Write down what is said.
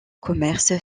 commerce